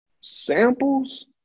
samples